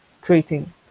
creating